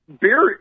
Beer